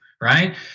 right